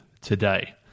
today